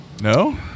No